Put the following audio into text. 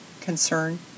concern